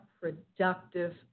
productive